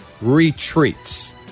Retreats